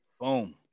Boom